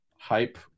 hype